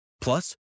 Plus